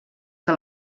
que